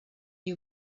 you